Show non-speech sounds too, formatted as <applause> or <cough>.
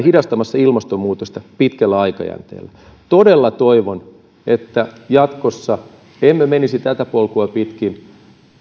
<unintelligible> hidastamassa ilmastonmuutosta pitkällä aikajänteellä todella toivon että jatkossa emme menisi tätä polkua pitkin